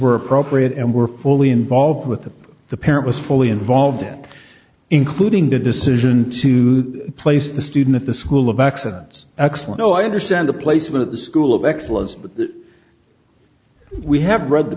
were appropriate and were fully involved with the parent was fully involved including the decision to place the student at the school of accidents excellent oh i understand the placement of the school of excellence but we have read the